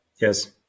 Yes